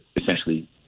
essentially